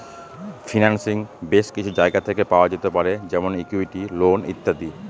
financing base কিছু জায়গা থেকে পাওয়া যেতে পারে যেমন ইকুইটি, লোন ইত্যাদি